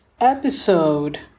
episode